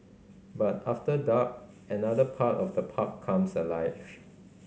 but after dark another part of the park comes alive